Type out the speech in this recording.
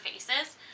faces